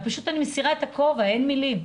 אני פשוט מסירה את הכובע, אין מילים.